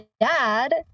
dad